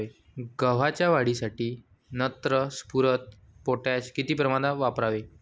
गव्हाच्या वाढीसाठी नत्र, स्फुरद, पोटॅश किती प्रमाणात वापरावे?